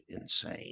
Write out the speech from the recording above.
insane